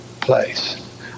place